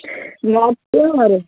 लात क्यूँ मारा